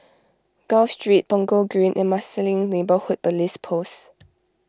Gul Street Punggol Green and Marsiling Neighbourhood Police Post